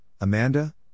Amanda